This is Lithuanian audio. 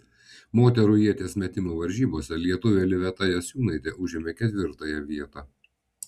moterų ieties metimo varžybose lietuvė liveta jasiūnaitė užėmė ketvirtąją vietą